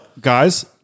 guys